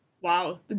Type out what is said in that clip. Wow